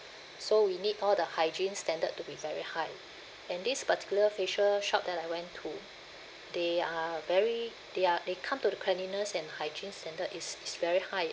so we need all the hygiene standard to be very high and this particular facial shop that I went to they are very they are they come to the cleanliness and hygiene standard is is very high